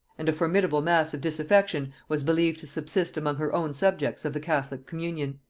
and a formidable mass of disaffection was believed to subsist among her own subjects of the catholic communion.